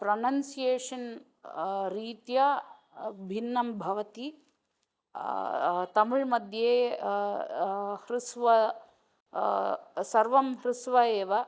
pronunciation रीत्या भिन्नं भवति तमिळ्मध्ये ह्रस्वः सर्वं ह्रस्वः एव